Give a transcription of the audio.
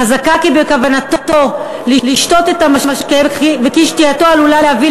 חזקה כי בכוונתו לשתות את המשקה וכי שתייתו עלולה להביא